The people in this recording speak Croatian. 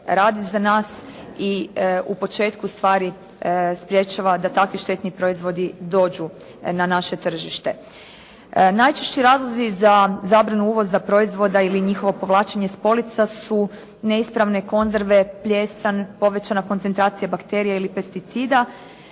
u početku stvari sprječava da takvi štetni proizvodi dođu na naše tržište. Najčešći razlozi za zabranu uvoza proizvoda ili njihovo povlačenje s polica su neispravne konzerve, plijesan, povećana koncentracija bakterija ili pesticida